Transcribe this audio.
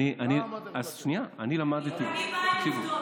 אני באה עם עובדות,